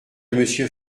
monsieur